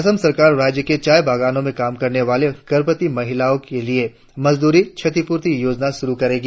असम सरकार राज्य के चाय बागानों में काम करने वाली गर्भवती महिलाओं के लिए मजदूरी क्षेतिपूर्ति योजना शुरु करेगी